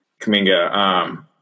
Kaminga